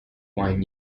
wine